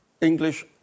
English